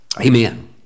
Amen